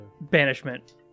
Banishment